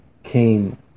came